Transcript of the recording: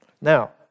Now